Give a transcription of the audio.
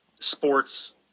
sports